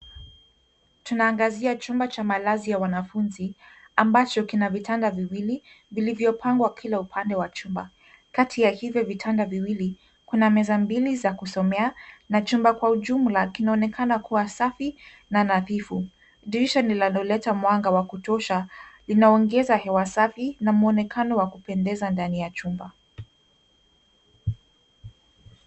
Tunaangazia chumba cha malazi ya wanfunzi ambacho kina vitanda viwili vilivyopangwa kila upande wa chumba. Kati ya hivyo vitanda viwili kuna meza mbili za kusomea na humba kwa ujumla kinaonekana kuwa safi na nadhifu. Dirisha linaloleta mwanga wa kutosha, linaongeza hewa safi na mwonekano wa kupendeza ndaniya chumba.